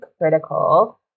critical